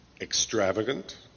Extravagant